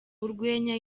urwenya